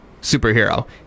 superhero